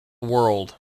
world